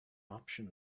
option